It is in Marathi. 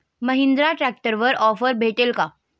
महिंद्रा ट्रॅक्टरवर ऑफर भेटेल का?